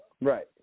Right